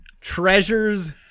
Treasures